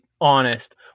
honest